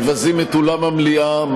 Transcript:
מבזים את אולם המליאה,